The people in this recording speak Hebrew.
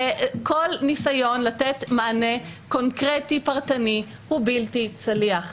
כל ניסיון לתת מענה קונקרטי פרטני הוא בלתי צליח.